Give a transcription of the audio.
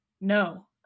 No